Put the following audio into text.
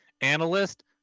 analyst